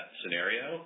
scenario